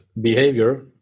behavior